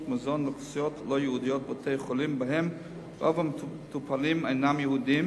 במזון לאוכלוסיות לא יהודיות בבתי-חולים שבהם רוב המטופלים אינם יהודים,